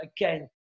again